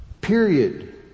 period